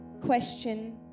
question